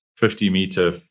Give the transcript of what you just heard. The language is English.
50-meter